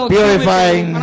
purifying